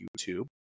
YouTube